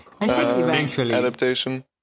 Adaptation